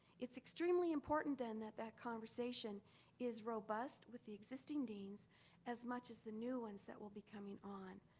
it's extremely important then that that conversation is robust with the existing deans as much as the new ones that will be coming on.